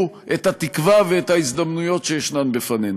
את התקווה ואת ההזדמנויות שישנן בפנינו.